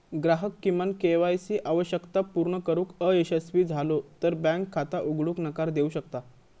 ग्राहक किमान KY C आवश्यकता पूर्ण करुक अयशस्वी झालो तर बँक खाता उघडूक नकार देऊ शकता